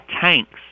tanks